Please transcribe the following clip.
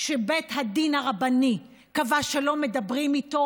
שבית הדין הרבני קבע שלא מדברים איתו